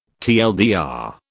TLDR